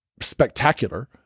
spectacular